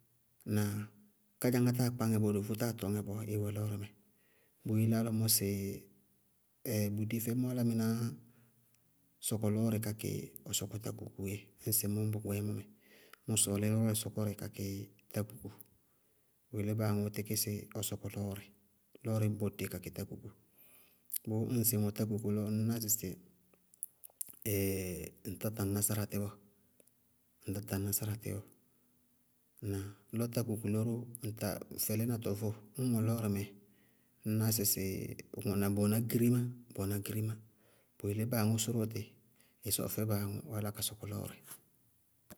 Ŋnáa? Kádzaŋá táa kpáŋɛ bɔɔ dofó táa tɔŋɛ bɔɔ ɩwɛ lɔɔ wo roo ŋɛ, bɔɔ yeléyá lɔ mʋ sɩ bʋdé fɛmʋ álámɩnáá sɔkɔ lɔɔrɩ kakɩ ɔ sɔkɔ tákukuú yɛ. Ŋsɩ mʋ ñbɔ bɔɔyɛ mʋmɛ, mʋ sɔɔlí lɔɔrɩ sɔkɔrɩ ka kɩ tákuku. Bʋ yelé báa aŋʋ tíkɩ sɩ ɔ sɔkɔ lɔɔrɩ. Lɔɔrɩ ñbɔ dé kakɩ tákuku, bʋʋ ŋsɩ mɔ tákuku lɔ, ŋñná sɩsɩ ŋtá taŋná sáratí bɔɔ, ŋtá taŋná sáratí bɔɔ ŋnáa? Lɔ tákuku lɔ, ŋta fɛlɛnatɔ vʋʋ. Ñŋwɛ lɔɔrɩmɛ, ŋñná sɩsɩ ŋwɛná, bʋ wɛná girimá. Bʋ yelé báa aŋʋʋ sʋrʋ ɔ tɩ ɩ sɔfɛ báa aŋʋʋ ɔ yálá ka sɔkɔ lɔɔrɩ.